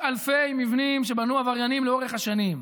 אלפי מבנים שבנו עבריינים לאורך השנים,